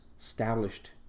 established